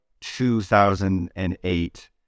2008